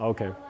Okay